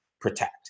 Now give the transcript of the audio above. protect